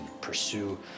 pursue